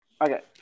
okay